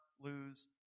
lose